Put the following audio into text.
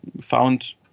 found